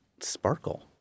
sparkle